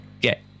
get